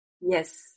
yes